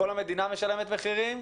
כל המדינה משלמת מחירים.